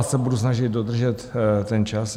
Já se budu snažit dodržet ten čas.